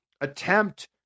attempt